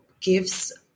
gives